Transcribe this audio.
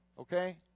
Okay